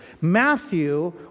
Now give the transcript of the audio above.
Matthew